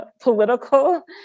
political